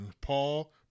Paul